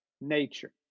nature